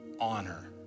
honor